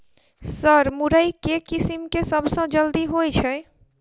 Sir मुरई केँ किसिम केँ सबसँ जल्दी होइ छै?